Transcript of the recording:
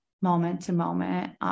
moment-to-moment